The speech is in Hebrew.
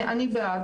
אני בעד,